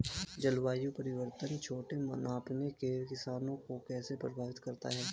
जलवायु परिवर्तन छोटे पैमाने के किसानों को कैसे प्रभावित करता है?